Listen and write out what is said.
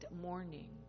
morning